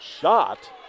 shot